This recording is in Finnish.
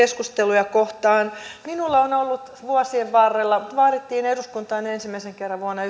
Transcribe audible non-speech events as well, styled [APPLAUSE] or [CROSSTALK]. keskusteluja kohtaan minulla on ollut vuosien varrella minut valittiin eduskuntaan ensimmäisen kerran vuonna [UNINTELLIGIBLE]